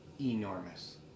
enormous